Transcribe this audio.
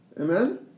Amen